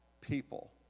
people